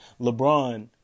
LeBron